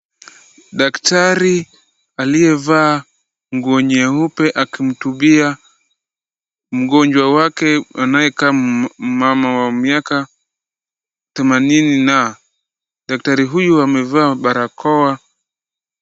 Daktari aliyevaa nguo nyeupe akimtubia mgonjwa wake anayekaa mama wa miaka themanini na daktari huyu amevaa barakoa.